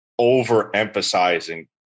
overemphasizing